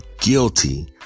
guilty